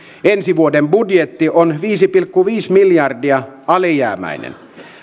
ensi vuoden budjetti on viisi pilkku viisi miljardia alijäämäinen